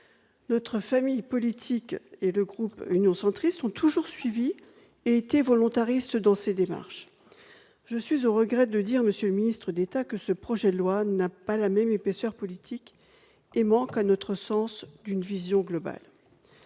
Notre famille politique et le groupe Union Centriste ont toujours suivi et été volontaristes dans ces démarches. Monsieur le ministre d'État, je suis au regret de vous dire que ce projet de loi n'a pas la même épaisseur politique et manque, à notre sens, d'une vision globale.